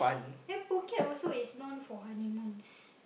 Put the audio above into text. the Phuket also is known for honeymoons